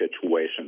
situation